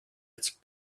its